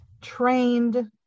trained